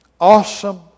Awesome